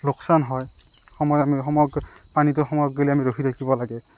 লোকচান হয় সময়ত আমি সময়ত পানীটো সোমাওক বুলি আমি ৰখি থাকিব লাগে